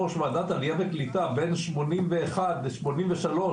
ציפי נכנסה לעבודה.